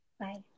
Bye